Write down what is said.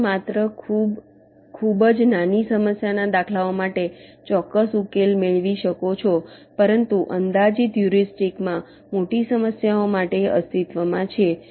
તમે માત્ર ખૂબ જ નાની સમસ્યાના દાખલાઓ માટે ચોક્કસ ઉકેલ મેળવી શકો છો પરંતુ અંદાજિત હ્યુરિસ્ટિક્સમાં મોટી સમસ્યાઓ માટે અસ્તિત્વમાં છે